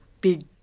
big